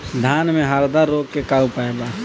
धान में हरदा रोग के का उपाय बा?